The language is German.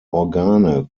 organe